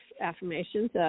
affirmations